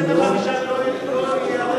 25 בפברואר.